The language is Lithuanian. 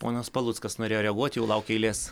ponas paluckas norėjo reaguot jau laukia eilės